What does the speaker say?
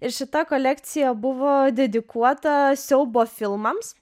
ir šita kolekcija buvo dedikuota siaubo filmams